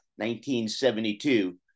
1972